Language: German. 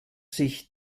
sich